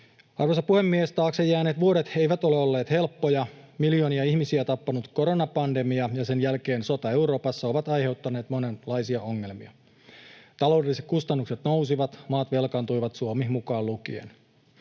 Arvoisa puhemies! Taakse jääneet vuodet eivät ole olleet helppoja. Miljoonia ihmisiä tappanut koronapandemia ja sen jälkeen sota Euroopassa ovat aiheuttaneet monenlaisia ongelmia. Taloudelliset kustannukset nousivat, maat velkaantuivat — Suomi mukaan lukien